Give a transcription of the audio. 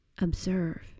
Observe